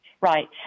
Right